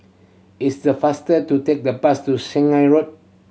is the faster to take the bus to Shanghai Road